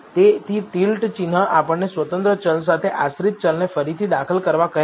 તેથી ટિલ્ટ ચિહ્ન આપણને સ્વતંત્ર ચલ સાથે આશ્રિત ચલને ફરીથી દાખલ કરવા કહે છે